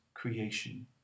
Creation